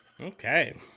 Okay